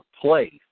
place